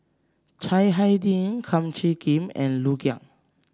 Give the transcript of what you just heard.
Chiang Hai Ding Kum Chee Kin and Liu Kang